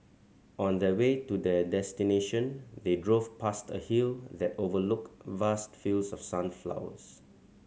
on the way to their destination they drove past a hill that overlooked vast fields of sunflowers